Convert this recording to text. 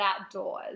outdoors